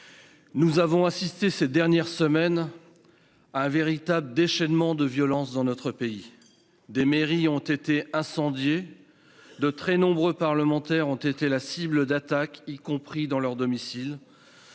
nous avons assisté, ces dernières semaines, à un véritable déchaînement de violence dans notre pays. Des mairies ont été incendiées. De très nombreux parlementaires ont été la cible d'attaques, y compris dans leur domicile.